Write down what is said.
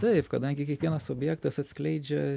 taip kadangi kiekvienas objektas atskleidžia